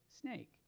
snake